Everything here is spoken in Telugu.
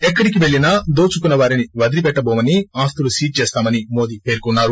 ఎక్కడికి పెల్లినా దోచుకున్న వారిని వదలిపెట్టబోమని ఆస్తులు సీజ్ చేస్తామని మోదీ పేర్కొన్నారు